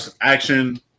action